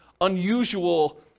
unusual